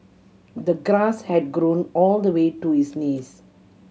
the grass had grown all the way to his knees